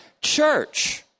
church